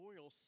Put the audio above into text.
oil